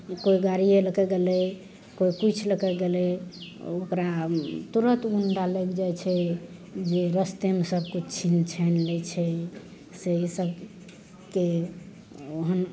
कोइ गाड़िये लएके गेलय कोइ किछु लएके गेलय ओकरा तुरत गुण्डा लागि जाइ छै जे रस्तेमे सब किछु छिन छानि लै छै से ईसब के ओहेन